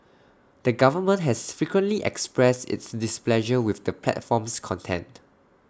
the government has frequently expressed its displeasure with the platform's content